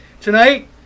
tonight